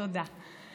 תודה.